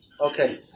okay